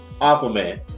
Aquaman